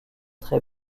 très